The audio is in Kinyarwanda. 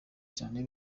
cyane